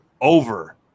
over